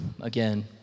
Again